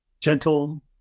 Gentle